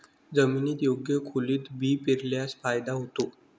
जमिनीत योग्य खोलीत बी पेरल्यास फायदा होतो